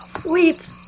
Sweet